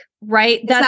right